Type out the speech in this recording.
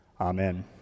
Amen